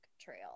Trail